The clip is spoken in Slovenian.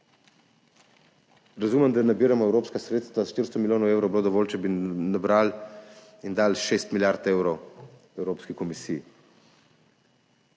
Razumem, da nabiramo evropska sredstva, 400 milijonov evrov bi bilo dovolj, če bi nabrali in dali 6 milijard evrov Evropski komisiji.